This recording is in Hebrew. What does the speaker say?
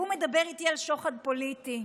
והוא מדבר איתי על שוחד פוליטי.